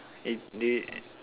if they